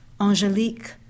Angelique